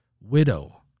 widow